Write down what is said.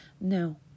No